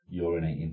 urinating